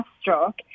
stroke